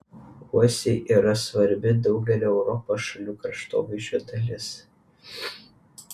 uosiai yra svarbi daugelio europos šalių kraštovaizdžio dalis